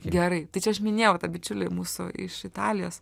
gerai tai čia aš minėjau tą bičiulį mūsų iš italijos